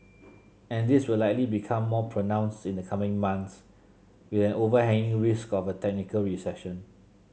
and this will likely become more pronounced in the coming months with an overhanging risk of a technical recession